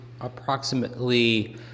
approximately